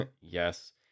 Yes